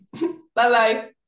Bye-bye